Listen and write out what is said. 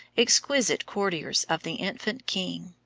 exquisite courtiers of the infant king,